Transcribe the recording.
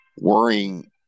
worrying